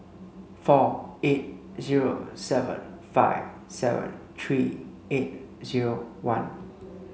four eight zero seven five seven three eight zero one